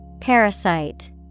Parasite